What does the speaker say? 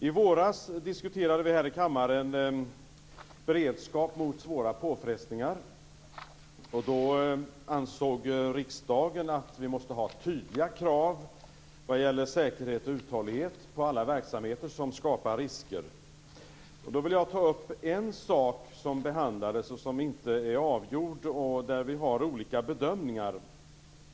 I våras diskuterade vi här i kammaren beredskap mot svåra påfrestningar. Då ansåg riksdagen att vi måste ha tydliga krav vad gäller säkerhet och uthållighet i fråga om alla verksamheter som skapar risker. Jag vill ta upp en sak som behandlades, och som inte är avgjord, där vi har olika bedömningar.